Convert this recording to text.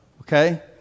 okay